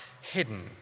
hidden